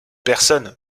personne